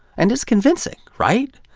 and it's convincing, right?